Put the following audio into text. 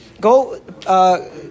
Go